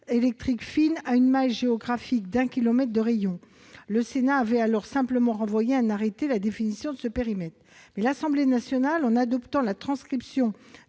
électrique fine à une maille géographique d'un kilomètre de rayon. Le Sénat avait alors simplement renvoyé à un arrêté la définition de ce périmètre. L'Assemblée nationale, en adoptant la transcription